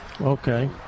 Okay